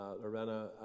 Lorena